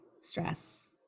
stress